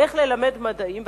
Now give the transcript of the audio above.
על איך ללמד מדעים,